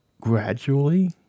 gradually